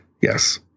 yes